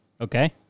Okay